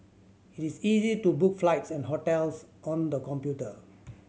it is easy to book flights and hotels on the computer